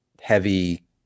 heavy